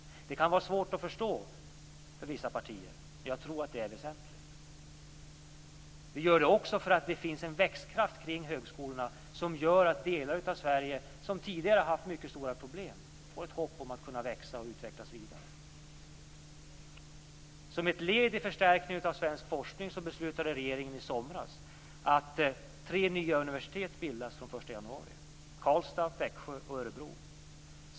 Detta kan vara svårt att förstå för vissa partier, men jag tror att det är väsentligt. Vi gör det också därför att det finns en växtkraft kring högskolorna som gör att delar av Sverige som tidigare har haft mycket stora problem får ett hopp om att kunna växa och utvecklas vidare. Som ett led i förstärkningen av svensk forskning beslutade regeringen i somras att tre nya universitet skulle bildas den 1 januari: Karlstad, Växjö och Örebro.